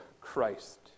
Christ